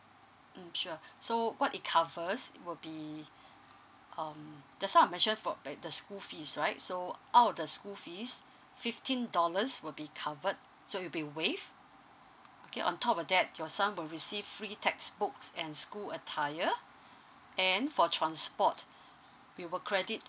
mm sure so what it covers it will be um just now i mentioned for the school fees right so um out of the school fees fifteen dollars will be covered so it will be waived okay on top of that your son will receive free textbooks and school attire and for transport it will credit